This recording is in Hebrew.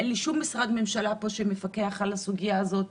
אין לי שום משרד ממשלה פה שמפקח על הסוגיה הזאת,